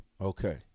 Okay